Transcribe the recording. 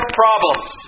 problems